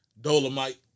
Dolomite